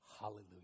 Hallelujah